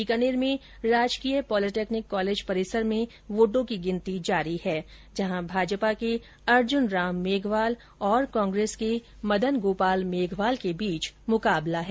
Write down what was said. बीकानेर में राजकीय polytechnic college परिसर में वोटों की गिनती जारी है जहां भाजपा के अर्जुनराम मेघवाल और कांग्रेस के मदन गोपाल मेघवाल के बीच मुकाबला है